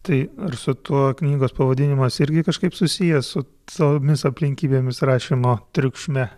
tai ar su tuo knygos pavadinimas irgi kažkaip susijęs su tomis aplinkybėmis rašymo triukšme